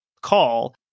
call